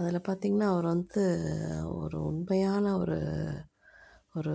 அதில் பார்த்தீங்கன்னா அவர் வந்து ஒரு உண்மையான ஒரு ஒரு